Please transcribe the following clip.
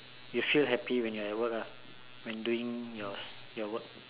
you feel happy when you are at work lah when doing your your work